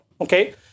Okay